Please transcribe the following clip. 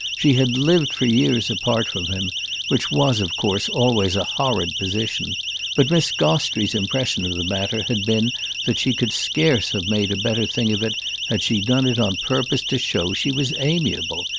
she had lived for years apart from him which was of course always a horrid position but miss gostrey's impression of the matter had been that she could scarce have made a better thing of it had she done it on purpose to show she was amiable.